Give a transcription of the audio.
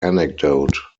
anecdote